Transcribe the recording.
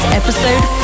episode